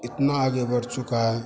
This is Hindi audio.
इतनी आगे बढ़ चुकी है